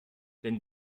denn